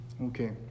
Okay